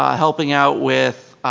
um helping out with